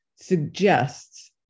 suggests